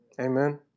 Amen